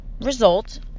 result